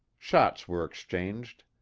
shots were exchanged.